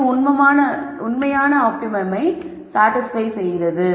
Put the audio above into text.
அது உண்மையான ஆப்டிமம்ம சாடிஸ்பய் செய்தது